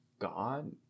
god